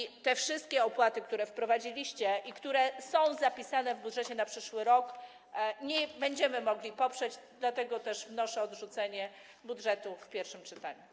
Ze względu te wszystkie opłaty, które wprowadziliście i które są zapisane w budżecie na przyszły rok, nie będziemy mogli poprzeć budżetu, dlatego też wnoszę o odrzucenie budżetu w pierwszym czytaniu.